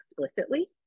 explicitly